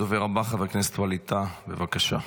הדובר הבא, חבר הכנסת ווליד טאהא, בבקשה.